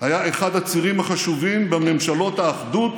היה אחד הצירים החשובים בממשלות האחדות